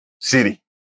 city